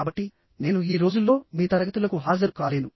కాబట్టి నేను ఈ రోజుల్లో మీ తరగతులకు హాజరు కాలేను